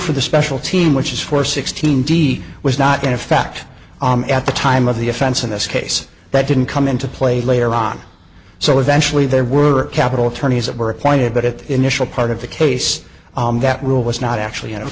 for the special team which is for sixteen d was not in effect at the time of the offense in this case that didn't come into play later on so eventually there were capital attorneys that were appointed but at the initial part of the case that rule was not actually